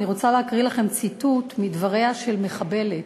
אני רוצה להקריא לכם ציטוט מדבריה של מחבלת